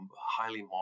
highly